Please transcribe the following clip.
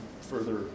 further